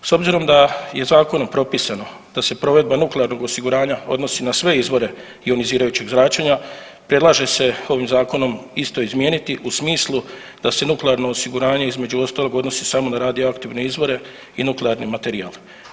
S obzirom da je Zakonom propisano da se provedba nuklearnog osiguranja odnosi na sve izvore ionizirajućeg zračenja, predlaže se ovim Zakonom isto izmijeniti u smislu da se nuklearno osiguranje između ostalog, odnosi samo na radioaktivne izvore i nuklearni materijal.